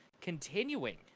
continuing